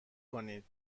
کنید